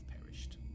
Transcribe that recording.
perished